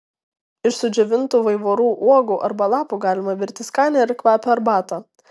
iš sudžiovintų vaivorų uogų arba lapų galima virti skanią ir kvapią arbatą